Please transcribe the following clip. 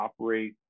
operate